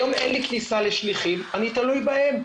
היום אין כניסה לשליחים ואני תלוי בהם.